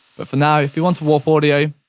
but, for now, if you want to warp audio,